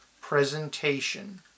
presentation